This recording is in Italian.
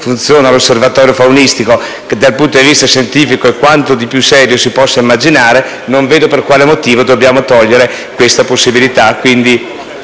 funziona molto bene e dal punto di vista scientifico è quanto di più serio si possa immaginare. Non vedo per quale motivo dobbiamo togliere questa possibilità. Chiedo